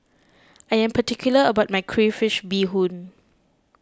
I am particular about my Crayfish BeeHoon